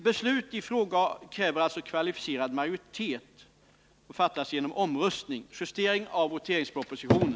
Om inte minst tre fjärdedelar av de röstande och mer än hälften av riksdagens ledamöter röstar ja har kammaren avslagit reservationen.